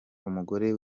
umugore